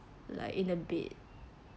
like in a bit